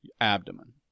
abdomen